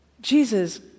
Jesus